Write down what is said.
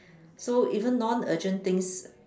so even non-urgent things